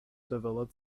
developed